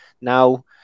Now